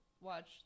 watch